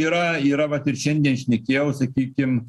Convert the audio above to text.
yra yra vat ir šiandien šnekėjau sakykim